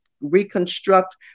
reconstruct